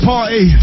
Party